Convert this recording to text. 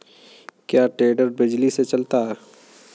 क्या टेडर बिजली से चलता है?